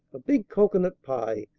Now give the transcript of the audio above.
a big cocoanut pie,